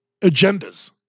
agendas